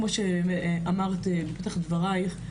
כמו שאמרת בפתח דברייך,